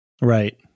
Right